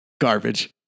Garbage